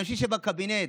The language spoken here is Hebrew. אנשים שבקבינט,